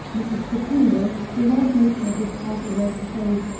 mrs. petullo, without looking at his half-averted face,